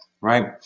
right